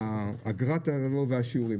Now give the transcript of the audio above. אגרה והשיעורים,